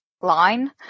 line